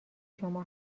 شما